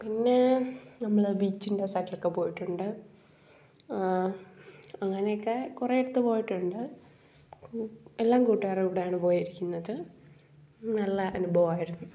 പിന്നെ നമ്മൾ ബീച്ചിൻ്റെ സൈഡിലൊക്കെ പോയിട്ടുണ്ട് ആ അങ്ങനൊക്കെ കുറേടുത്ത് പോയിട്ടുണ്ട് എല്ലാം കൂട്ടുകാരുടെ കൂടെയാണ് പോയിരിക്കുന്നത് നല്ല അനുഭവമായിരുന്നു